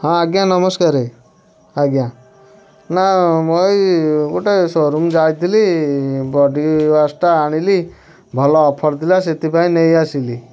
ହଁ ଆଜ୍ଞା ନମସ୍କାର ଆଜ୍ଞା ନା ମୁଁ ଏଇ ଗୋଟେ ସୋ ରୁମ୍ ଯାଇଥିଲି ବଡ଼ି ୱାସ୍ଟା ଆଣିଲି ଭଲ ଅଫର୍ ଥିଲା ସେଥିପାଇଁ ନେଇ ଆସିଲି